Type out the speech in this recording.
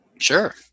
Sure